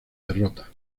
derrota